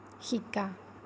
শিকা